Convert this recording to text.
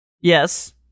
Yes